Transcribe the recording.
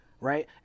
right